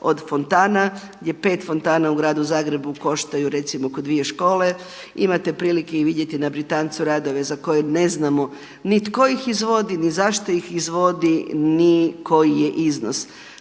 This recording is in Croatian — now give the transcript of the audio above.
od fontana, gdje 5 fontana u gradu Zagrebu koštaju recimo kao dvije škole. Imate prilike i vidjeti na Britancu radove za koje ne znamo ni tko ih izvodi, ni zašto ih izvodi, ni koji je iznos.